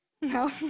No